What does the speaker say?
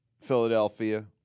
Philadelphia